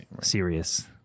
serious